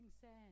sand